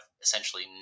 essentially